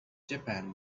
japan